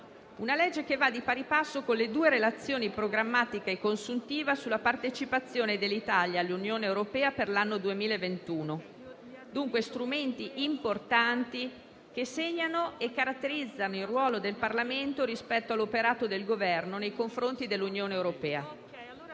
una legge che va di pari passo con le due relazioni (programmatica e consuntiva) sulla partecipazione dell'Italia all'Unione europea per l'anno 2021. Dunque, strumenti importanti che segnano e caratterizzano il ruolo del Parlamento rispetto all'operato del Governo nei confronti dell'Unione europea.